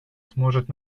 сможет